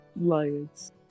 lions